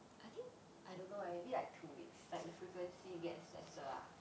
I think I don't know eh maybe like two weeks like the frequency gets lesser ah